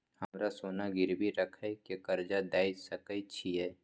हमरा सोना गिरवी रखय के कर्ज दै सकै छिए?